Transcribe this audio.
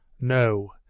No